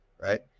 Right